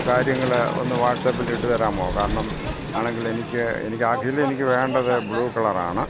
കാര്യങ്ങൾ ഒന്ന് വാട്ട്സാപ്പിൽ ഇട്ട് തരാമോ കാരണം ആണെങ്കിൽ എനിക്ക് എനിക്ക് ആക്ചലി വേണ്ടത് ബ്ലൂ കളർ ആണ്